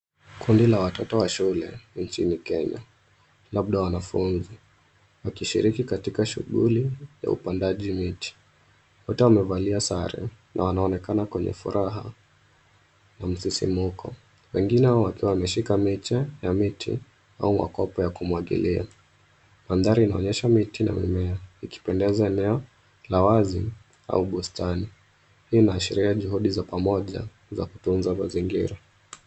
Kundi la watoto wa shule nchini Kenya, labda wanafunzi wakishiriki katika shughuli ya upandaji miti. Wote wamevalia sare na wanaonekana kwenye furaha na msisimko. Wengine wakiwa wameshika miche ya miti au makopa ya kumwagilia. Mandhari inaonyesha miti na mimea, ikipendeza eneo la wazi au bustani. Hii inaashiria juhudi za pamoja za kutunza mazingira.